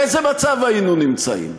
באיזה מצב היינו נמצאים?